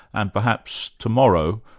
and perhaps tomorrow,